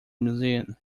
museum